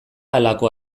halako